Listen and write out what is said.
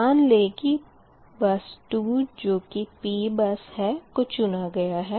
मान लें के बस 2 जो की P बस है को चुना गया है